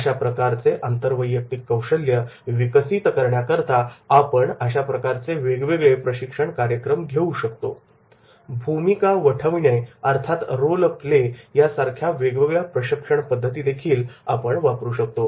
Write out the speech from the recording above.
अशा प्रकारचे आंतरवैयक्तिक कौशल्य विकसित करण्याकरता आपण अशा प्रकारचे वेगवेगळे प्रशिक्षण कार्यक्रम घेऊ शकतो रोल प्ले भूमिका वठवणे या सारख्या वेगवेगळ्या प्रशिक्षण पद्धती वापरू शकतो